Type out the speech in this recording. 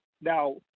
Now